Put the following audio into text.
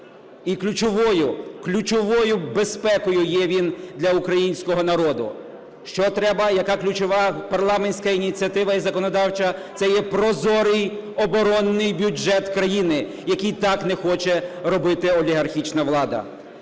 ключовою безпекою є він для українського народу. Що треба, яка ключова парламентська ініціатива і законодавча? Це є прозорий оборонний бюджет країни, який так не хоче робити олігархічна влада.